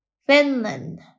Finland